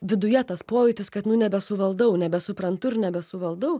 viduje tas pojūtis kad nu nebesuvaldau nebesuprantu ir nebesuvaldau